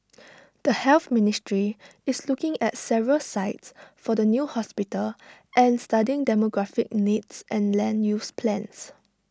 the health ministry is looking at several sites for the new hospital and studying demographic needs and land use plans